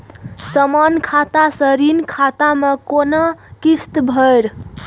समान खाता से ऋण खाता मैं कोना किस्त भैर?